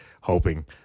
hoping